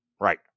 Right